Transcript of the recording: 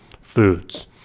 foods